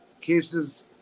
cases